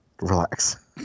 Relax